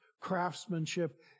craftsmanship